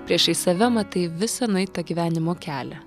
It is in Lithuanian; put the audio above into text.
priešais save matai visą nueitą gyvenimo kelią